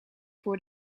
voor